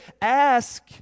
ask